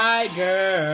Tiger